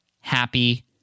happy